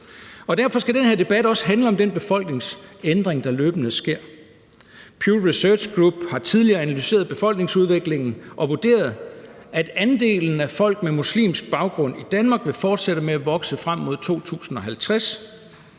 Derfor skal den her debat også handle om den befolkningsændring, der løbende sker. Pew Research Center har tidligere analyseret befolkningsudviklingen og vurderet, at andelen af folk med muslimsk baggrund i Danmark vil fortsætte med at vokse frem mod 2050,